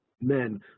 Men